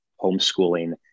homeschooling